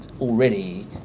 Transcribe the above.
already